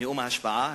נאום ההשבעה,